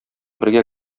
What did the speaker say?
бергә